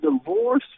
divorce